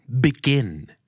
begin